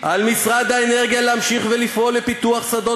על משרד האנרגיה להמשיך ולפעול לפיתוח שדות